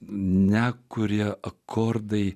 ne kurie akordai